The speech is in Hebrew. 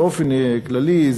באופן כללי,